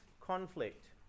conflict